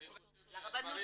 אני חושב שהדברים